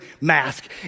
mask